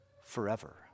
forever